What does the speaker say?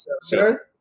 sir